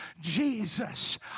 Jesus